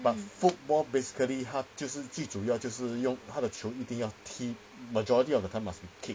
but football basically 它就是最主要就是用他的球一定要踢 majority of time must 踢